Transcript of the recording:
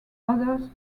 others